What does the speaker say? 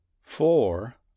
four